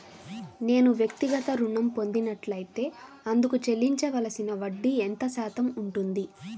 నేను వ్యక్తిగత ఋణం పొందినట్లైతే అందుకు చెల్లించవలసిన వడ్డీ ఎంత శాతం ఉంటుంది?